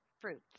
fruits